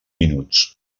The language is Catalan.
minuts